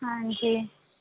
ਹਾਂਜੀ